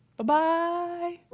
but bye!